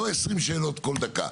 לא 20 שאלות כל דקה.